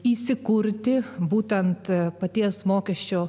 įsikurti būtent paties mokesčio